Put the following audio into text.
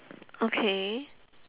okay